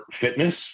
fitness